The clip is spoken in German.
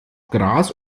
gras